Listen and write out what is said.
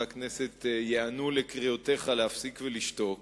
הכנסת ייענו לקריאותיך להפסיק ולשתוק